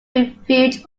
refuge